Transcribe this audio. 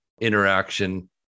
interaction